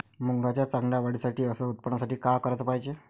मुंगाच्या चांगल्या वाढीसाठी अस उत्पन्नासाठी का कराच पायजे?